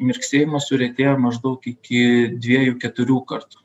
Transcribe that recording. mirksėjimas suretėja maždaug iki dviejų keturių kartų